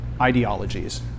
ideologies